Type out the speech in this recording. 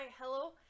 hello